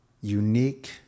unique